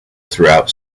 throughout